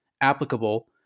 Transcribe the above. applicable